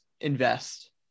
invest